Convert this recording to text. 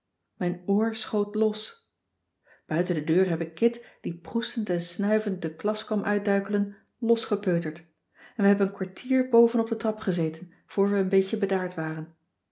mijn oor schoot los buiten de deur heb ik kit die proestend en snuivend de klas kwam uitduikelen los gepeuterd en we hebben een kwartier boven op de trap gezeten voor we een beetje bedaard waren